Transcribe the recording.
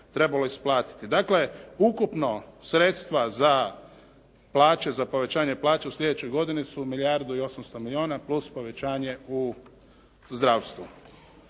trebalo isplatiti. Dakle, ukupno sredstva za plaće, za povećanje plaća u sljedećoj godini su milijardu i 800 milijuna plus povećanje u zdravstvu.